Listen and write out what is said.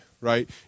right